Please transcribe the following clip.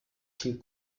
klingt